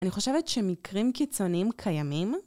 אני חושבת שמקרים קיצוניים קיימים.